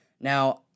Now